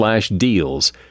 deals